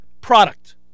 product